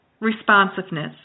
responsiveness